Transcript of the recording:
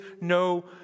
no